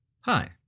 Hi